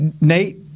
Nate